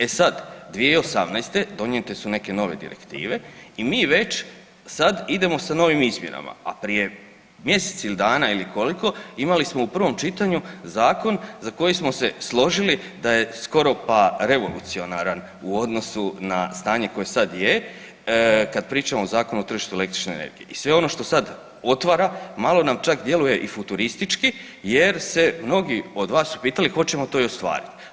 E sad, 2018. donijete su neke nove direktive i mi već sad idemo sa novim izmjenama, a prije mjesec ili dana ili koliko imali smo u prvom čitanju zakon za koji smo se složili da je skoro pa revolucionaran u odnosu na stanje koje sad je kad pričamo o Zakonu o tržištu elektronične energije i sve ono što sad otvara, malo nam čak djeluje i futuristički jer se mnogi od vas su pitali hoćemo to i ostvariti.